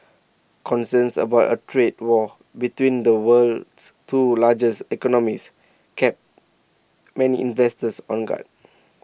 concerns about A trade war between the world's two largest economies kept many investors on guard